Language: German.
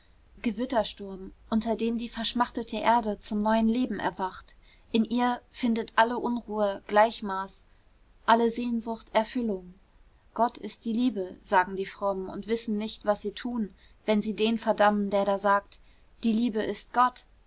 gewittersturm unter dem die verschmachtete erde zu neuem leben erwacht in ihr findet alle unruhe gleichmaß alle sehnsucht erfüllung gott ist die liebe sagen die frommen und wissen nicht was sie tun wenn sie den verdammen der da sagt die liebe ist gott